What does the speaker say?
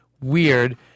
weird